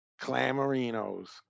Clamorinos